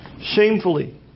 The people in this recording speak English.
shamefully